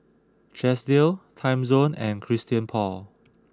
Chesdale Timezone and Christian Paul